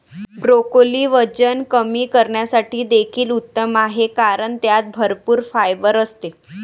broccoli वजन कमी करण्यासाठी देखील उत्तम आहे कारण त्यात भरपूर फायबर असते